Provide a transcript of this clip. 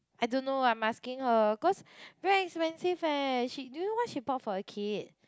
I don't know I'm asking her cause very expensive eh she do you know what she bought for her kid